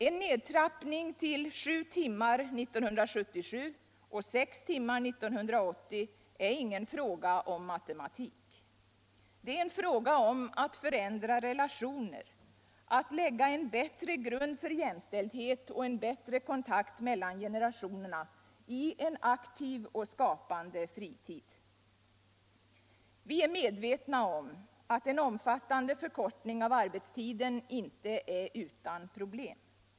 En nedtrappning till sju timmar 1977 och sex timmar 1980 är ingen fråga om matematik. Det är en fråga om att förändra relationer, att lägga en bättre grund för jämställdhet och få en bättre kontakt mellan generationerna i en aktiv och skapande fritid. Vi är medvetna om att en omfattande förkortning av arbetstiden inte är utan problem.